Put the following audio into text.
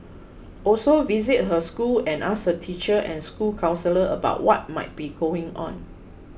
also visit her school and ask her teacher and school counsellor about what might be going on